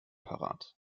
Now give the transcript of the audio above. parat